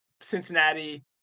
Cincinnati